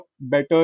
better